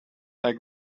like